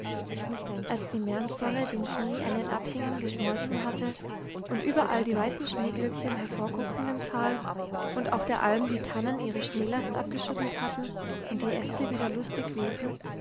als die märzsonne den schnee an den abhängen geschmolzen hatte und überall die weißen schneeglöckchen hervorguckten im tal und auf der alm die tannen ihre schneelast abgeschüttelt hatten und die äste wieder lustig wehten